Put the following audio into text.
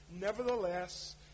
nevertheless